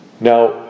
Now